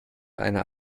einer